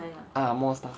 ah more stuff